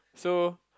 so